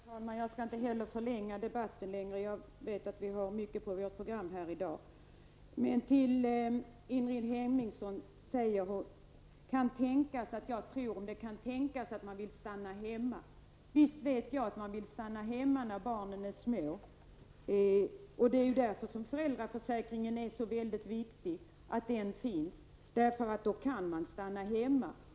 Herr talman! Jag skall inte heller förlänga debatten mycket längre. Jag vet att vi har mycket på vårt program i dag. Ingrid Hemmingsson säger att det kan tänkas att man vill stanna hemma när barnen är små. Visst vet jag att man vill stanna hemma när barnen är små. Och det är därför som det är så viktigt att föräldraförsäkringen finns, eftersom man då kan stanna hemma.